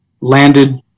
landed